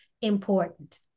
important